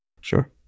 Sure